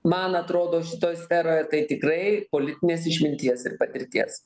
man atrodo šitoj sferoje tai tikrai politinės išminties ir patirties